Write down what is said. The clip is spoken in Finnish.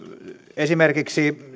esimerkiksi